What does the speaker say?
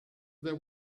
there